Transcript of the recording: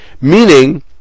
Meaning